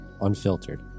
unfiltered